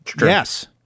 Yes